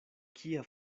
kia